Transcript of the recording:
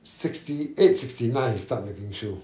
sixty eight sixty nine we start making shoe